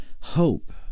hope